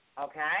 Okay